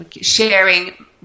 sharing